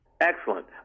Excellent